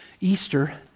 Easter